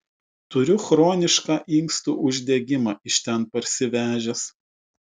turiu chronišką inkstų uždegimą iš ten parsivežęs